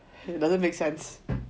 doesn't make sense